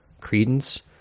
credence